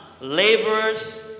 laborers